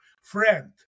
friend